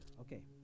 Okay